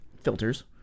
filters